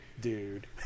dude